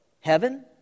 heaven